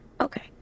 okay